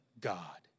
God